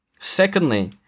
Secondly